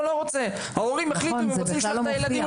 לא וההורים יחליטו האם הם מעוניינים לשלוח לשם את הילדים או